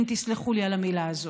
אם תסלחו לי על המילה הזאת.